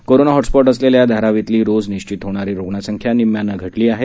corona hotspot असलेल्या धारावीतली रोज निश्वित होणारी रुग्णसंख्या निम्म्यानं घटली आहे